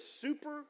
super